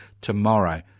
tomorrow